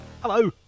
Hello